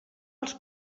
els